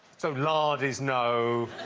so lard is no,